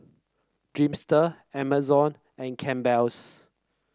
Dreamster Amazon and Campbell's